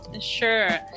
Sure